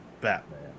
Batman